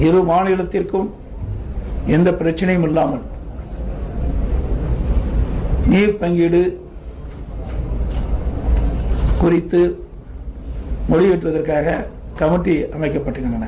இரு மாநிலத்திற்கும் எந்த பிரச்சினையும் இல்லாமல் நீர் பங்கீடு குறித்து வலியுறுத்துவதற்காக கமிட்டி அமைக்கப்பட்டுள்ளது